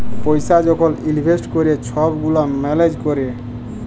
পইসা যখল ইলভেস্ট ক্যরে ছব গুলা ম্যালেজ ক্যরে